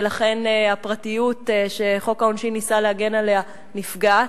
ולכן הפרטיות שחוק העונשין ניסה להגן עליה נפגעת.